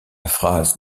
phrase